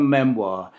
Memoir